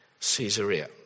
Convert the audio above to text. Caesarea